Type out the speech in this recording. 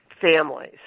families